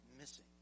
missing